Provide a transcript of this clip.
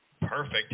perfect